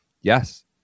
yes